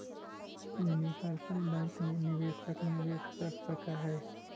universal bank मैं निवेशक निवेश कर सकऽ हइ